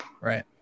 Right